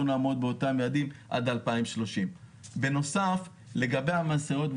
נעמוד באותם יעדים עד 2030. בנוסף לגבי המשאיות,